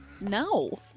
no